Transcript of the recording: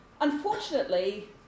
Unfortunately